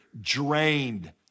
drained